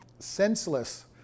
senseless